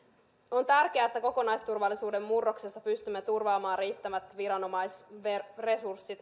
on tärkeää että kokonaisturvallisuuden murroksessa pystymme turvaamaan riittävät viranomaisresurssit